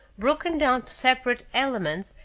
broken down to separate elements,